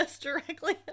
directly